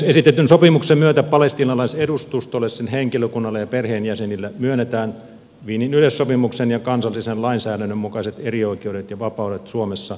esitetyn sopimuksen myötä palestiinalaisedustustolle sen henkilökunnalle ja perheenjäsenille myönnetään wienin yleissopimuksen ja kansallisen lainsäädännön mukaiset erioikeudet ja vapaudet suomessa